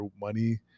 money